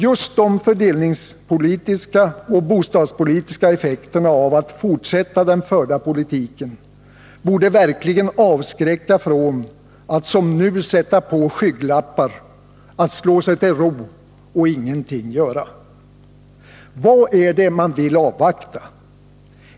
Just de fördelningspolitiska och bostadspolitiska effekterna av att fortsätta den förda politiken borde verkligen avskräcka från att som nu sätta på skygglappar, slå sig till ro och ingenting göra! Vad är det man vill avvakta?